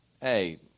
hey